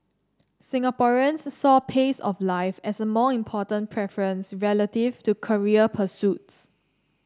Singaporeans saw pace of life as a more important preference relative to career pursuits